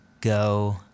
go